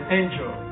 angel